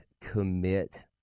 commit